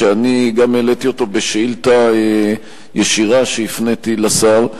שגם אני העליתי אותו בשאילתא ישירה שהפניתי לשר.